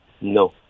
No